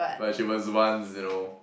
but she was once you know